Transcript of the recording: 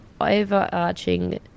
overarching